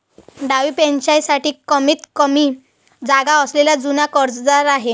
डावपेचांसाठी कमीतकमी जागा असलेला जुना कर्जदार आहे